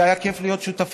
זה היה כיף להיות שותפים.